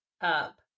up